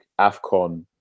AFCON